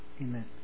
Amen